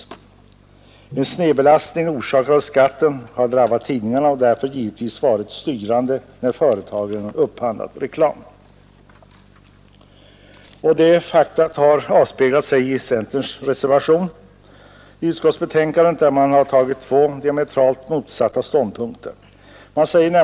En snedbelastning orsakad av skatten har drabbat tidningarna och därför givetvis varit styrande när företagen upphandlat reklam. Detta faktum har avspeglat sig i centerns reservation vid utskottsbetänkandet, där man intagit två diametralt motsatta ståndpunkter.